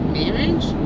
marriage